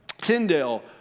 Tyndale